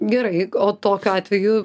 gerai o tokiu atveju